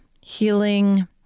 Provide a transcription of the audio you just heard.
healing